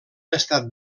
estat